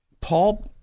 Paul